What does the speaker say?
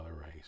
race